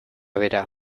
bera